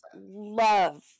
love